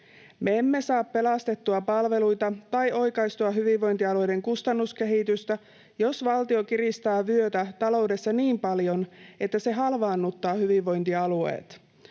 Me emme saa pelastettua palveluita tai oikaistua hyvinvointialueiden kustannuskehitystä, jos valtio kiristää vyötä taloudessa niin paljon, että se halvaannuttaa hyvinvointialueet.